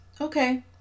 Okay